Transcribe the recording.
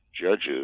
judges